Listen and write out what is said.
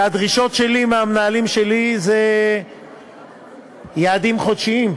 והדרישות שלי מהמנהלים שלי זה יעדים חודשיים,